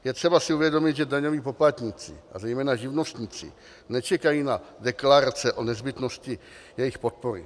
Je třeba si uvědomit, že daňoví poplatníci a zejména živnostníci nečekají na deklarace o nezbytnosti jejich podpory.